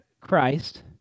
Christ